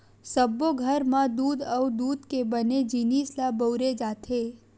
सब्बो घर म दूद अउ दूद के बने जिनिस ल बउरे जाथे